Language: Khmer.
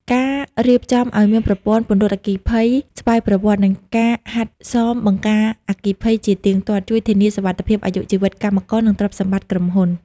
ការរៀបចំឱ្យមានប្រព័ន្ធពន្លត់អគ្គិភ័យស្វ័យប្រវត្តិ និងការហាត់សមបង្ការអគ្គិភ័យជាទៀងទាត់ ជួយធានាសុវត្ថិភាពអាយុជីវិតកម្មករ និងទ្រព្យសម្បត្តិក្រុមហ៊ុន។